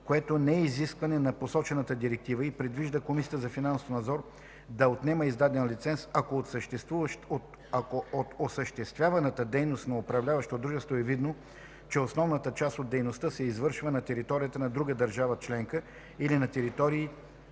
което не е изискване на посочената директива и предвижда Комисията за финансов надзор да отнема издаден лиценз, ако от осъществяваната дейност на управляващо дружество е видно, че основната част от дейността се извършва на територията на друга държава членка или на територията